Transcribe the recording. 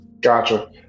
Gotcha